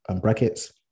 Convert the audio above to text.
brackets